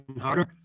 harder